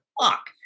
fuck